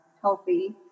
healthy